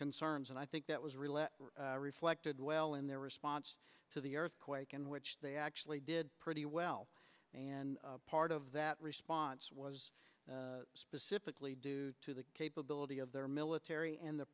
concerns and i think that was really reflected well in their response to the earthquake in which they actually did pretty well and part of that response was specifically due to the capability of their military and the